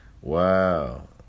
Wow